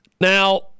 now